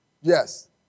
Yes